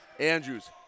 Andrews